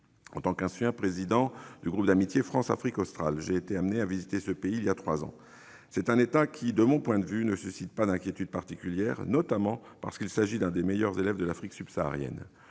En tant qu'ancien président du groupe d'amitié France-Afrique australe, j'ai été amené à visiter ce pays voilà trois ans. C'est un État qui, de mon point de vue, ne suscite pas d'inquiétudes particulières, notamment parce qu'il s'agit d'un des meilleurs élèves de l'Afrique subsaharienne.